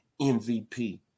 MVP